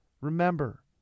Remember